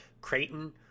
Creighton